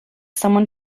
someone